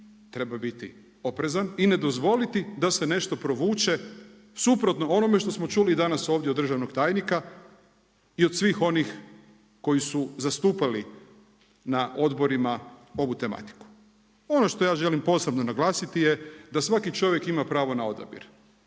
treba biti oprezan i ne dozvoliti da se nešto provuče suprotno onome što smo čuli danas ovdje od državnog tajnika i od svih onih koji su zastupali na odborima ovu tematiku. Ono što ja želim posebno naglasiti je da svaki čovjek ima pravo na odabir